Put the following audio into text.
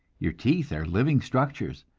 your teeth are living structures,